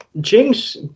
Jinx